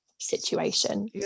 situation